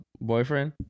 boyfriend